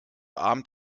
abend